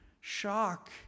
shock